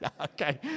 Okay